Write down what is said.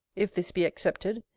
if this be accepted,